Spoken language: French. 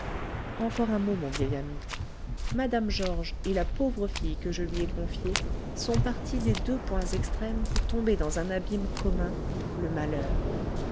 encore un mot mon vieil ami mme georges et la pauvre fille que je lui ai confiée sont parties des deux points extrêmes pour tomber dans un abîme commun le malheur